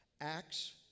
acts